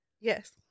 Yes